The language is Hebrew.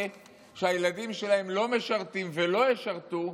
שהילדים שלהם לא משרתים ולא ישרתו,